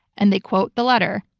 and they quote the letter,